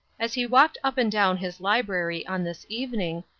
as he walked up and down his library on this evening,